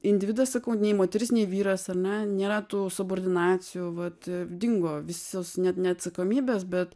individas sakau nei moteris nei vyras ar ne nėra tų subordinacijų vat dingo visos net ne atsakomybės bet